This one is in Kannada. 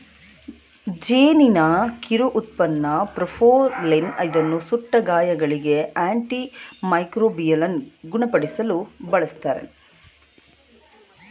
ಜೇನಿನ ಕಿರು ಉತ್ಪನ್ನ ಪ್ರೋಪೋಲಿಸ್ ಇದನ್ನು ಸುಟ್ಟ ಗಾಯಗಳಿಗೆ, ಆಂಟಿ ಮೈಕ್ರೋಬಿಯಲ್ ಗುಣಪಡಿಸಲು ಬಳ್ಸತ್ತರೆ